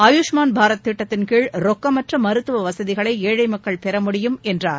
ஆயுஷ்மான் பாரத் திட்டத்தின் கீழ் ரொக்கமற்ற மருத்துவ வசதிகளை ஏழை மக்கள் பெறமுடியும் என்றார்